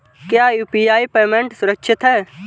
क्या UPI payment सुरक्षित है?